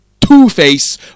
Two-Face